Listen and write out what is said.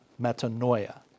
metanoia